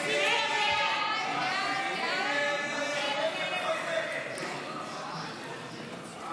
ההצעה להעביר לוועדה את הצעת חוק עידוד שירות צבאי,